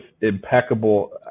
impeccable